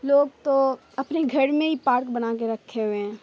لوگ تو اپنے گھر میں ہی پارک بنا کے رکھے ہوئے ہیں